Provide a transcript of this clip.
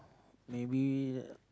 maybe